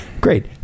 great